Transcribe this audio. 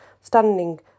standing